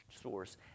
source